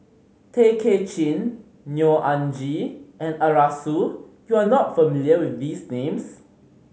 Tay Kay Chin Neo Anngee and Arasu you are not familiar with these names